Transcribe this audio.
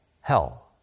hell